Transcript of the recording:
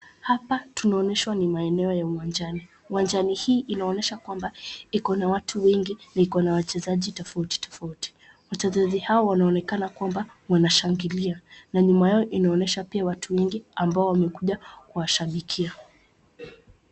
Hapa tunaonyeshwa ni maeneo ya uwanjani. uwanjani hii inaonyesh kwamba iko na watu wengi na iko na wachezaji tofautitofauti. Wachezaji hawa wanaonekana kwamba wanashangilia na nyuma yao inaonyesha pia watu wengi ambao wamekuja kuwashabikia.